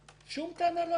שום טענה לא היתה.